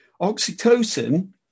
Oxytocin